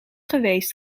geweest